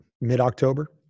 mid-october